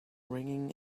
ringing